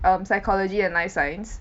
um psychology and life science